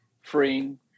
freeing